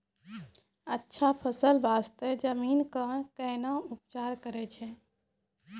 अच्छा फसल बास्ते जमीन कऽ कै ना उपचार करैय छै